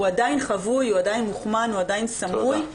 הוא עדיין חבוי, הוא עדיין מוכמן, הוא עדיין סמוי.